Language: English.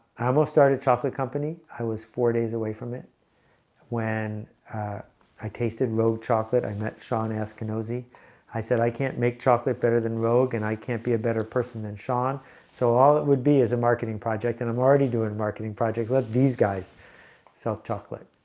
almost started top elite company. i was four days away from it when i tasted rogue chocolate i met sean asked a nosy i said, i can't make chocolate better than rogue and i can't be a better person than sean so all it would be as a marketing project and i'm already doing marketing project. let these guys sell chocolate